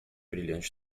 brilhante